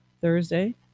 thursday